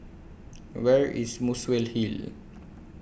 Where IS Muswell Hill